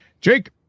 Jake